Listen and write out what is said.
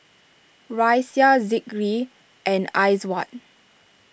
Raisya Zikri and Aizat